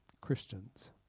Christians